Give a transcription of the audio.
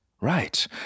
Right